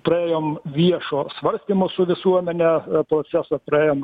praėjom viešo svarstymo su visuomene procesą praėjom